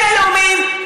אלה לאומיים,